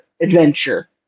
adventure